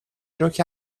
روکه